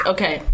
Okay